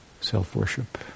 self-worship